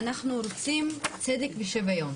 אנחנו רוצים צדק ושוויון.